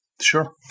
Sure